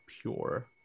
pure